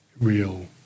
real